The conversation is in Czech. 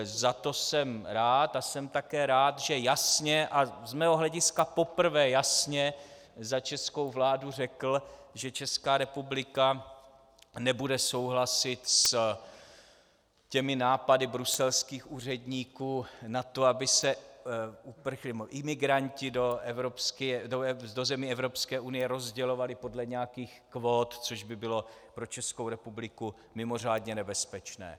Za to jsem rád a jsem také rád, že jasně, a z mého hlediska poprvé jasně za českou vládu řekl, že Česká republika nebude souhlasit s nápady bruselských úředníků na to, aby se imigranti do zemí Evropské unie rozdělovali podle nějakých kvót, což by bylo pro Českou republiku mimořádně nebezpečné.